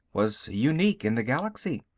was unique in the galaxy.